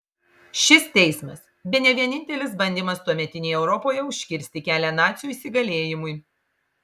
šis teismas bene vienintelis bandymas tuometinėje europoje užkirsti kelią nacių įsigalėjimui